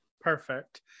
Perfect